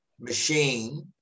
machine